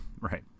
Right